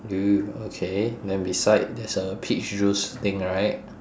do you okay then beside there's a peach juice thing right